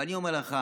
ואני אומר לך,